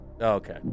Okay